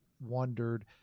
wondered